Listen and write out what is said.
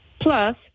plus